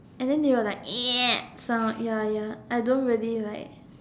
and then there were like sound ya ya I don't really like